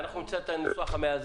ואנחנו נמצא את הניסוח המאזן,